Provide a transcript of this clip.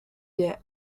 des